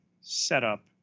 setup